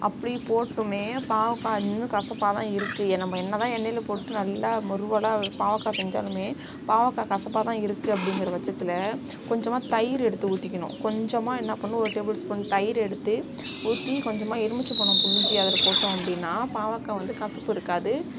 அப்படி போட்டுமே பாவக்காய் இன்னும் கசப்பாகதான் இருக்குது நம்ம என்னதான் எண்ணெயில் போட்டு நல்லா மொருவலாக பாவக்காய் செஞ்சாலுமே பாவக்காய் கசப்பாகதான் இருக்குது அப்படிங்குறபட்சத்துல கொஞ்சமாக தயிர் எடுத்து ஊற்றிக்கணும் கொஞ்சமாக என்ன பண்ணனும் ஒரு டேபிள் ஸ்பூன் தயிர் எடுத்து ஊற்றி கொஞ்சமாக எலுமிச்சப்பழம் புழிந்து அதில் போட்டோம் அப்படின்னா பாவக்காய் வந்து கசப்பு இருக்காது